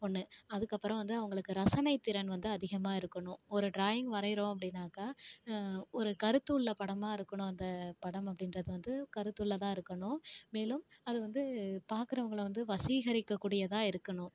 ஒன்று அதுக்கப்புறம் வந்து அவங்களுக்கு ரசனை திறன் வந்து அதிகமா இருக்கணும் ஒரு டிராயிங் வரைகிறோம் அப்படின்னாக்கா ஒரு கருத்துள்ள படமாக இருக்கணும் அந்த படம் அப்படின்றது வந்து கருத்துள்ளதாக இருக்கணும் மேலும் அது வந்து பார்க்குறவங்கள வந்து வசீகரிக்கக்கூடியதாக இருக்கணும்